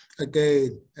Again